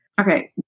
Okay